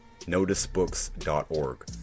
noticebooks.org